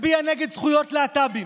מצביע נגד זכויות להט"בים,